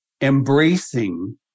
embracing